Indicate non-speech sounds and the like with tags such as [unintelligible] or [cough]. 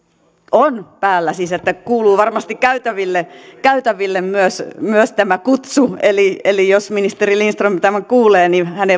on päällä siis että kuuluu varmasti käytäville käytäville myös myös tämä kutsu eli eli jos ministeri lindström tämän kuulee niin hän [unintelligible]